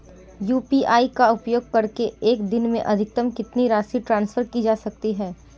UPI का उपयोग करके एक दिन में अधिकतम कितनी राशि ट्रांसफर की जा सकती है?